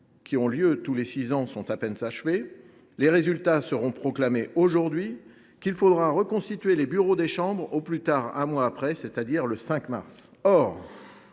qui ont lieu tous les six ans, sont à peine achevées – les résultats seront proclamés aujourd’hui –, et il faudra reconstituer les bureaux des chambres au plus tard un mois après, c’est à dire le 5 mars